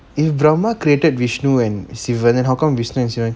if brahma created vishnu and sivan then how come vishnu and sivan